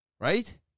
right